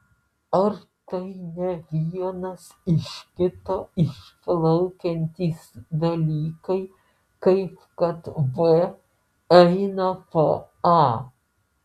ar tai ne vienas iš kito išplaukiantys dalykai kaip kad b eina po a